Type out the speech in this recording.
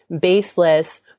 baseless